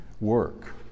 work